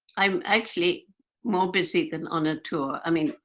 i'm actually more busy than on a tour. i mean,